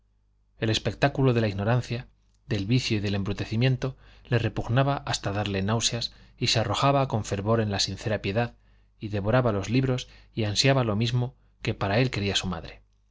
el espectáculo de la ignorancia del vicio y del embrutecimiento le repugnaba hasta darle náuseas y se arrojaba con fervor en la sincera piedad y devoraba los libros y ansiaba lo mismo que para él quería su madre